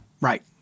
Right